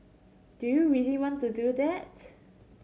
do you really want to do that